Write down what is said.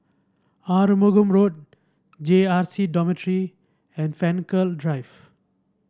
Arumugam Road J R C Dormitory and Frankel Drive